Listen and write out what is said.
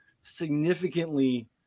significantly